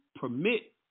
permit